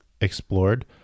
explored